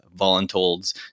voluntolds